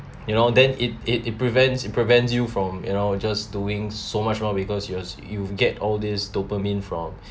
you know then it it it prevents it prevents you from you know just doing so much more because it was you get all these dopamine from